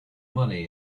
money